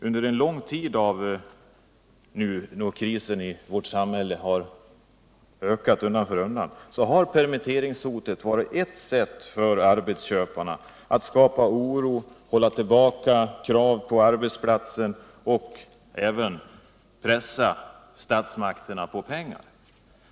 Under den långa tid då krisen i vårt samhälle undan för undan har ökat har permissionshotet varit ett sätt för arbetsköparna att skapa oro, att hålla tillbaka krav på arbetsplatserna och även att pressa statsmakterna på pengar.